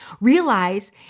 realize